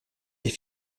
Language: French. est